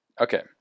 Okay